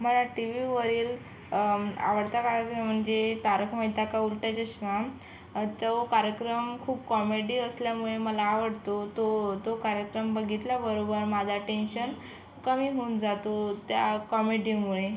मला टीव्हीवरील आवडता कार्यक्रम म्हणजे तारक मेहता का उल्टा चष्मा तो कार्यक्रम खूप कॉमेडी असल्यामुळे मला आवडतो तो तो कार्यक्रम बघितल्याबरोबर माझं टेंशन कमी होऊन जातं त्या कॉमेडीमुळे